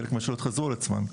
חלק מהשאלות חזרו על עצמן.